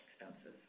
expenses